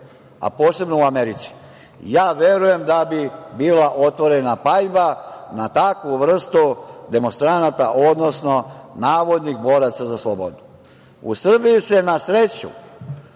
a posebno u Americi, ja verujem da bi bila otvorena paljba na takvu vrstu demonstranata, odnosno navodnih boraca za slobodu.U Srbiji se, na sreću,